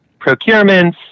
procurements